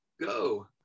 go